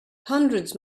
hundreds